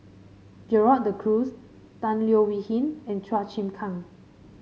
Gerald De Cruz Tan Leo Wee Hin and Chua Chim Kang